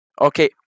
Okay